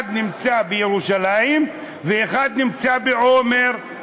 אחד נמצא בירושלים ואחד נמצא בעומר,